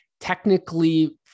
technically